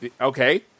okay